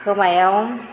खोमायाव